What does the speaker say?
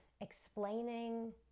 explaining